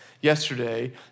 yesterday